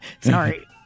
Sorry